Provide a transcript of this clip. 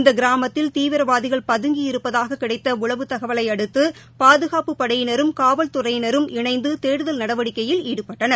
இந்தகிராமத்தில் தீவிரவாதிகள் பதுங்கி இருப்பதாகக் கிடைத்தஉளவு தகவலைஅடுத்து பாதுகாப்புப் படையினரும் காவல்துறையினரும் இணைந்துதேடுதல் நடவடிக்கையில் ஈடுபட்டனர்